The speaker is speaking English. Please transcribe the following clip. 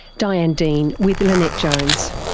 diane dean with lynette jones.